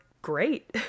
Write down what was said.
Great